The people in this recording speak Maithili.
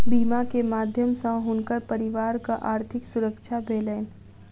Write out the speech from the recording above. बीमा के माध्यम सॅ हुनकर परिवारक आर्थिक सुरक्षा भेलैन